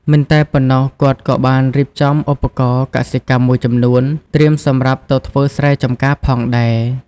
មិនតែប៉ុណ្ណោះ គាត់ក៏បានរៀបចំឧបករណ៍កសិកម្មមួយចំនួន ត្រៀមសម្រាប់ទៅធ្វើស្រែចម្ការផងដែរ។